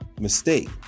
mistake